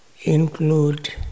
include